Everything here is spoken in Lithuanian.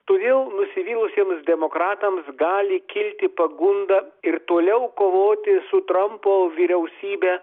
todėl nusivylusiems demokratams gali kilti pagunda ir toliau kovoti su trampo vyriausybe